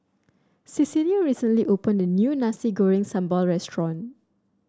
Cecelia recently opened a new Nasi Goreng Sambal Restaurant